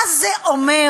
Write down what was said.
מה זה אומר,